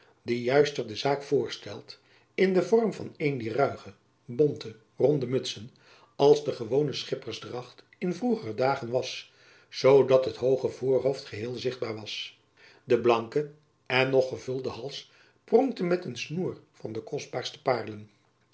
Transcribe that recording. die juister de zaak voorstelt in den vorm van een dier ruige bonte ronde mutsen als de gewone schippersdracht in vroegere dagen was zoo dat het hooge voorhoofd geheel zichtbaar was de blanke en nog gevulde hals pronkte met een snoer jacob van lennep elizabeth musch van de kostbaarste